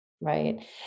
Right